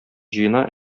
җыена